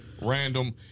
random